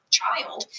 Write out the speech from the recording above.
child